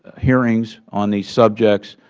hearings on these subjects.